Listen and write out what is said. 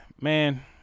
Man